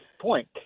point